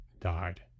died